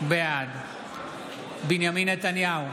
בעד בנימין נתניהו,